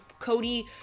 Cody